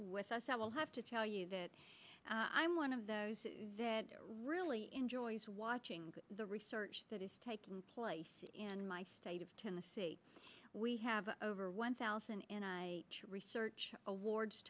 with us i will have to tell you that i am one of those who really enjoys watching the research that is taking place in my state of tennessee we have over one thousand and i research awards